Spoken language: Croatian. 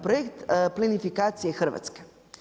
Projekt plinifikacije Hrvatske.